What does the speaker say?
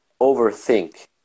overthink